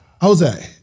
Jose